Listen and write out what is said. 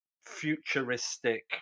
futuristic